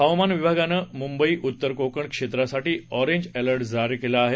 हवामान विभागनं मुंबई उत्तर कोकण क्षेत्रासाठी अॅरेंज अलर्ट जारी केला आहे